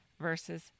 versus